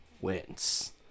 wins